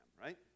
right